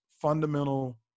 fundamental